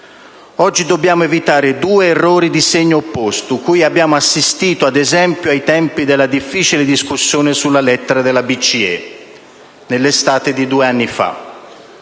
Oggi dobbiamo evitare due errori di segno opposto cui abbiamo assistito, ad esempio, ai tempi della difficile discussione sulla lettera della BCE, nell'estate di due anni fa.